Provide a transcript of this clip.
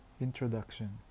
Introduction